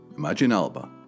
Imaginealba